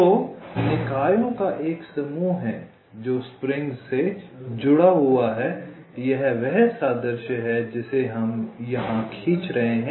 तो निकायों का एक समूह है जो स्प्रिंग्स से जुड़ा हुआ है यह वह सादृश्य है जिसे हम यहां खींच रहे हैं